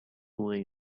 lay